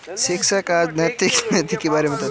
शिक्षक आज नैतिक बैंक के बारे मे बताएँगे